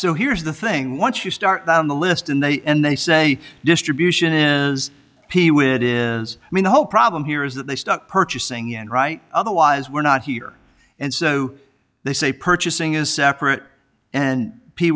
so here's the thing once you start down the list in the end they say distribution is peewit is i mean the whole problem here is that they stuck purchasing in right otherwise we're not here and so they say purchasing is separate and